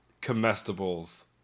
comestibles